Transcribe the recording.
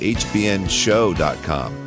hbnshow.com